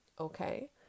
Okay